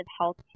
health